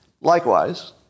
Likewise